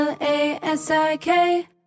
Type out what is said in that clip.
L-A-S-I-K